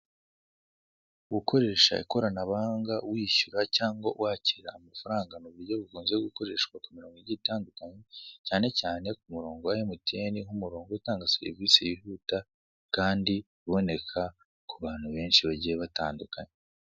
Gukoresha ikoranabuhanga wishyura cyangwa wakira amafanga ni uburyo bukunze gukoreshwa ku mirongo igiye itandukanye cyane cyane ku muronko u wa emutiyene nk'umuronko utanga serivise yihuta kandi iboneka ahantu henshi hagiye hatandukanye.